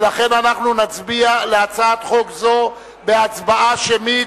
ולכן אנחנו נצביע על הצעת חוק זו בהצבעה שמית.